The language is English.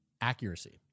accuracy